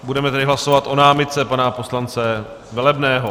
Budeme tedy hlasovat o námitce pana poslance Velebného.